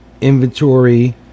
inventory